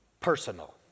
personal